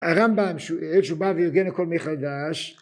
הרמב״ם כשהוא בא ואירגן הכל מחדש